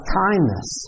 kindness